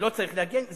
ולא צריך להגן,